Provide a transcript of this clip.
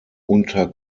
unter